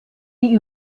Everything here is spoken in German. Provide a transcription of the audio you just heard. die